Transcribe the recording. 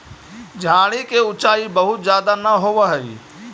झाड़ि के ऊँचाई बहुत ज्यादा न होवऽ हई